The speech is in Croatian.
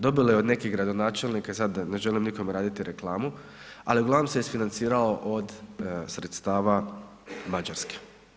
Dobilo je od nekim gradonačelnika, sad ne želim nikome raditi reklamu ali uglavnom se isfinancirao od sredstava Mađarske.